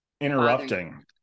Interrupting